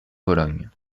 vologne